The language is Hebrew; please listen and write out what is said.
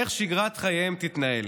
איך שגרת חייהם תתנהל.